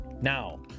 Now